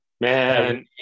man